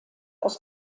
aus